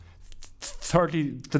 Thirdly